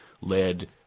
led